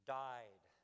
died